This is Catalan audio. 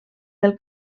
del